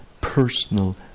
personal